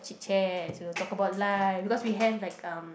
chitchats you know talk about life because we have like uh